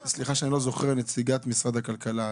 נציגת משרד הכלכלה,